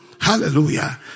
Hallelujah